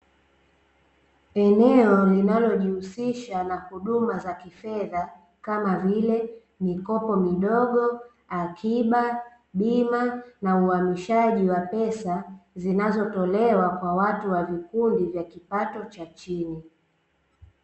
Eneo linalojihusisha na huduma za kifedha kama vile: mikopo midogo, akiba, bima na uhamishaji wa pesa; zinazotolewa kwa watu wa vikundi vya kipato cha chini.